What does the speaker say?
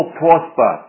prosper